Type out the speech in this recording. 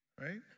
right